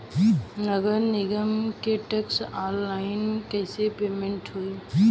नगर निगम के टैक्स ऑनलाइन कईसे पेमेंट होई?